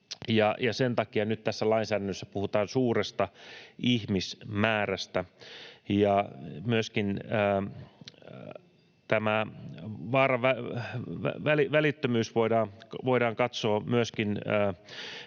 sen takia nyt tässä lainsäädännössä puhutaan suuresta ihmismäärästä. Myöskin tämä välittömyys viranomaisten